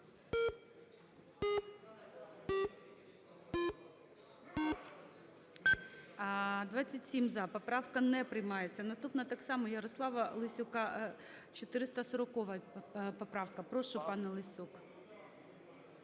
За-27 Поправка не приймається. Наступна, так само, Ярослава Лесюка 440 поправка. Прошу, пане Лесюк.